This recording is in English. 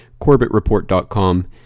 corbettreport.com